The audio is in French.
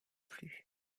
plus